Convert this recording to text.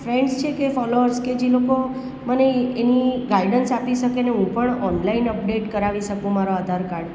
friends છે કે followers કે જે લોકો મને એની ગાઈડન્સ આપી શકે ને હું પણ ઓનલાઇન અપડેટ કરાવી શકું મારા આધાર કાર્ડમાં